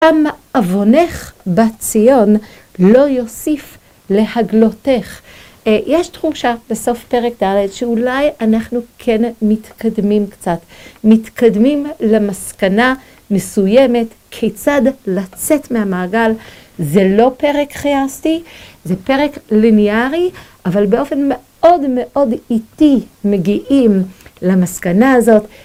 תם עוונך בת ציון לא יוסיף להגלותך? יש תחושה בסוף פרק ד' שאולי אנחנו כן מתקדמים קצת. מתקדמים למסקנה מסוימת כיצד לצאת מהמעגל. זה לא פרק חייסתי, זה פרק ליניארי, אבל באופן מאוד מאוד איטי מגיעים למסקנה הזאת.